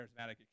charismatic